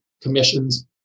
commissions